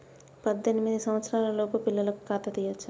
పద్దెనిమిది సంవత్సరాలలోపు పిల్లలకు ఖాతా తీయచ్చా?